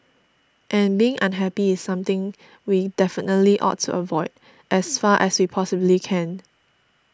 and being unhappy is something we definitely ought to avoid as far as we possibly can